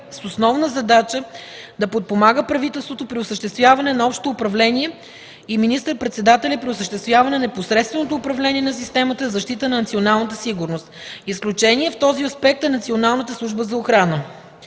с основна задача да подпомага правителството при осъществяване на общото управление и министър-председателя при осъществяване непосредственото управление на системата за защита на националната сигурност. Изключение в този аспект е Националната служба за охрана.